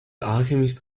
alchemist